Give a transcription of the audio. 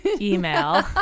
email